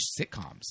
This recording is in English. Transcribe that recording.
sitcoms